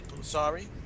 sorry